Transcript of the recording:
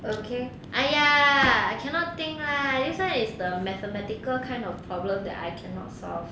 okay !aiya! I cannot think lah this [one] is the mathematical kind of problem that I cannot solve